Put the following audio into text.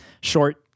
short